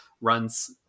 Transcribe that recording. runs